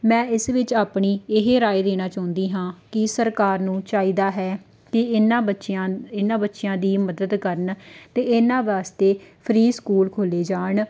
ਮੈਂ ਇਸ ਵਿੱਚ ਆਪਣੀ ਇਹ ਰਾਏ ਦੇਣਾ ਚਾਹੁੰਦੀ ਹਾਂ ਕਿ ਸਰਕਾਰ ਨੂੰ ਚਾਹੀਦਾ ਹੈ ਕਿ ਇਹਨਾਂ ਬੱਚਿਆਂ ਇਹਨਾਂ ਬੱਚਿਆਂ ਦੀ ਮਦਦ ਕਰਨ ਅਤੇ ਇਹਨਾਂ ਵਾਸਤੇ ਫਰੀ ਸਕੂਲ ਖੋਲੇ ਜਾਣ